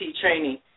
Training